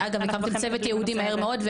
ואגב הקמתם צוות ייעודי מהר מאוד,